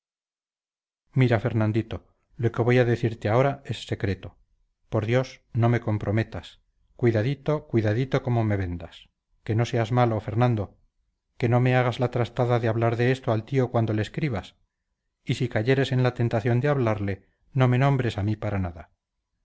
mira fernandito lo que voy a decirte aora es secreto por dios no me comprometas cuidadito cuidadito como me vendas que no seas malo fernando que no me agas la trastada de ablar de esto al tío cuando le escribas y si cayeres en la tentación de ablarle no me nombres a mí para nada